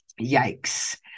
yikes